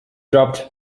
dropped